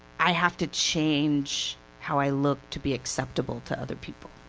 i have to change how i look to be acceptable to other people.